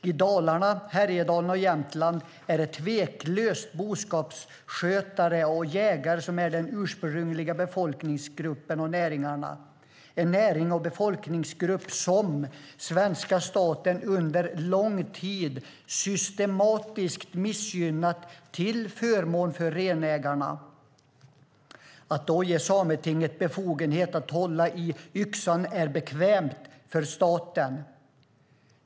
I Dalarna, Härjedalen och Jämtland är det tveklöst boskapsskötare och jägare som är de ursprungliga befolkningsgrupperna och näringarna, som svenska staten under lång tid systematiskt har missgynnat till förmån för renägarna. Att då ge Sametinget befogenhet att hålla i yxan är bekvämt för staten.